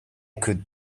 could